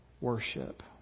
worship